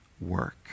work